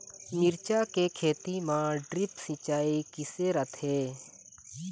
मिरचा के खेती म ड्रिप सिचाई किसे रथे?